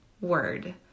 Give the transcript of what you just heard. word